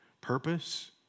purpose